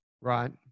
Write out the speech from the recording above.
Right